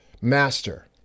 master